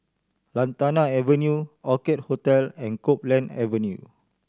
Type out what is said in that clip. Lantana Avenue Orchid Hotel and Copeland Avenue